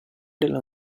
della